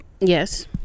Yes